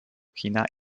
kina